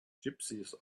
gypsies